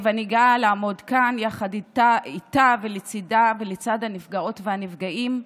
אני גאה לעמוד יחד איתה ולצידה ולצד הנפגעות והנפגעים.